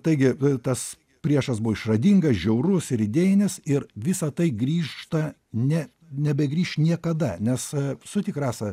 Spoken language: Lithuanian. taigi tas priešas buvo išradingas žiaurus ir idėjinis ir visa tai grįžta ne nebegrįš niekada nes sutik rasa